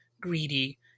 greedy